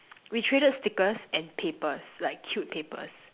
we traded stickers and papers like cute papers